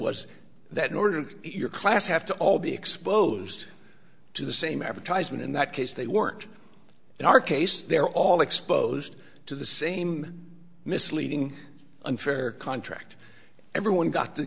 was that in order your class have to all be exposed to the same advertisement in that case they work in our case they're all exposed to the same misleading unfair contract everyone got t